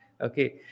Okay